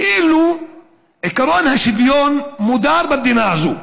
כאילו עקרון השוויון מודר במדינה הזו.